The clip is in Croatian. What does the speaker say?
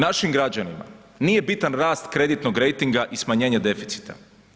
Našim građanima nije bitan rast kreditnog rejtinga i smanjenje deficita.